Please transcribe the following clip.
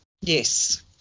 yes